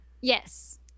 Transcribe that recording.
Yes